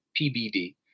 PBD